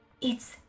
It's